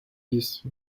isso